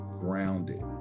grounded